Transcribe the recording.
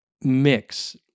mix